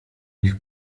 nich